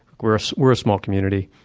we're so we're a small community.